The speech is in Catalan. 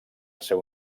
seu